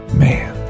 man